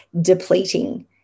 depleting